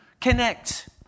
connect